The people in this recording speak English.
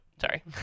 sorry